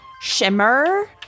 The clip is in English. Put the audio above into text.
shimmer